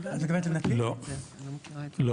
לא, לא.